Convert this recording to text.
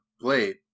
blade